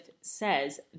says